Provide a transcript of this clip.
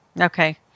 Okay